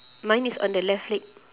mine is on the left leg